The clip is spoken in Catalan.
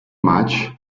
maig